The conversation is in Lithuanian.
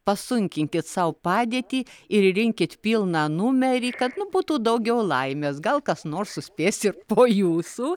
pasunkinkit sau padėtį ir rinkit pilną numerį kad nu būtų daugiau laimės gal kas nors suspės ir po jūsų